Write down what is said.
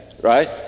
Right